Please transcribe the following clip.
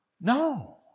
No